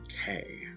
Okay